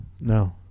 No